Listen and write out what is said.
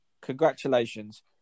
Congratulations